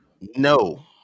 no